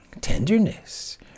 tenderness